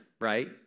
right